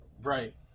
Right